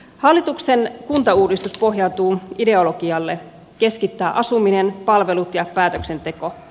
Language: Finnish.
hallituksen kuntauudistus pohjautuu ideologialle keskittää asuminen palvelut ja päätöksenteko